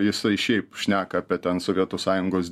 jisai šiaip šneka apie ten sovietų sąjungos